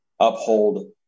uphold